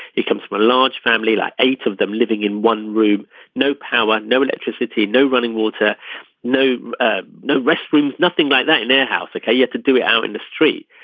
he comes from a large family like eight of them living in one room no power no electricity no running water no ah no restrooms nothing like that in their house. like i yeah to do it out in the street.